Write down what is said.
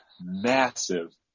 massive